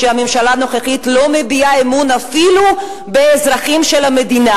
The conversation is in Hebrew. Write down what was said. שהממשלה הנוכחית לא מביעה אמון אפילו באזרחים של המדינה,